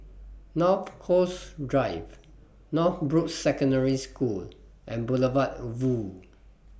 North Coast Drive Northbrooks Secondary School and Boulevard Vue